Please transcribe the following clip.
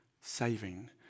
saving